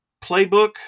playbook